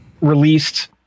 released